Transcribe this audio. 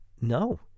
no